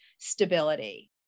stability